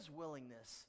willingness